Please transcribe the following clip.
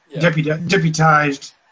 deputized